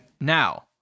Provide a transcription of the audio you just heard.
Now